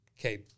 Okay